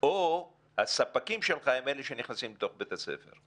או הספקים שלך הם אלה שנכנסים לתוך בית הספר?